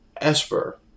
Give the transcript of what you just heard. esper